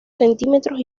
centímetros